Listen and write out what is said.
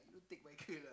don't take my girl lah